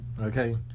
Okay